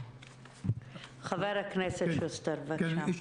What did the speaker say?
חבר הכנסת שוסטר, בבקשה.